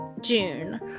June